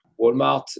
Walmart